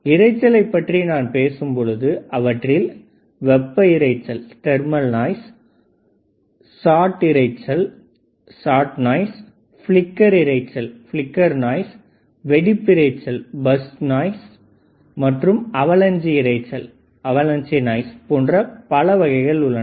இரைச்சலை பற்றிய நான் பேசும் பொழுது அவற்றில் வெப்ப இரைச்சல்குறுகிய இரைச்சல் ஃபிலிக்கர் இரைச்சல் வெடிப்பு இரைச்சல்மற்றும் அவளஞ்ச் இரைச்சல்போன்ற பல வகைகள் உள்ளன